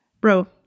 Bro